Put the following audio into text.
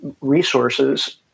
resources